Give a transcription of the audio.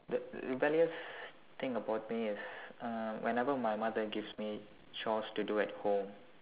the rebellious thing about me is uh whenever my mother gives me chores to do at home